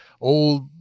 old